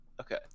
Okay